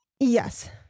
Yes